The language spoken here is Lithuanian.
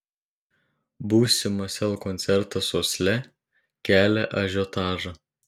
būsimas sel koncertas osle kelia ažiotažą